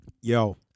Yo